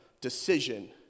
decision